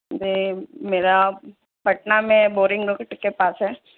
جی میرا پٹنہ میں بورنگ نکٹ کے پاس ہے